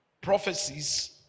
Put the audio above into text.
prophecies